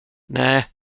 nej